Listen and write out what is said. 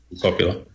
popular